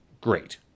great